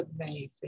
amazing